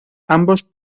ambos